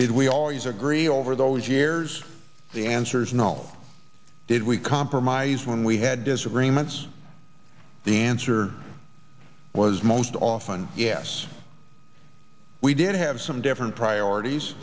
did we always agree over those years the answer is no did we compromise when we had disagreements the answer was most often yes we did have some different priorities